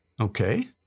Okay